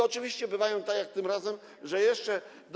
Oczywiście bywa tak jak tym razem, że jeszcze do.